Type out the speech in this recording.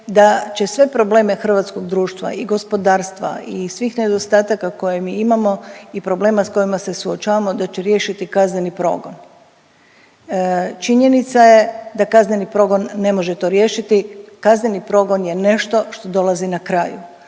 da će sve probleme hrvatskog društva i gospodarstva i svih nedostataka koje mi imamo i problema s kojima se suočavamo da će riješiti kazneni progon. Činjenica je da kazneni progon ne može to riješiti, kazneni progon je nešto što dolazi na kraju.